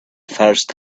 first